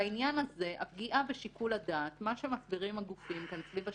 בעניין הזה, מה שמסבירים הגופים כאן מסביב לשולחן,